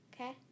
Okay